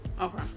Okay